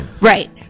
Right